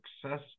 success